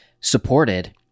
supported